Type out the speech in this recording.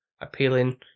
appealing